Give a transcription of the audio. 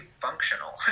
functional